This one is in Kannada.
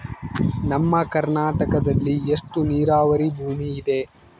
ನಮ್ಮ ಕರ್ನಾಟಕದಲ್ಲಿ ಎಷ್ಟು ನೇರಾವರಿ ಭೂಮಿ ಇದೆ?